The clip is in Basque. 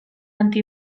anti